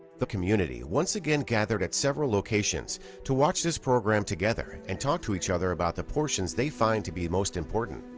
the community once again gathered at several locations to watch this program together and talk to each other about the portions they find to be most important.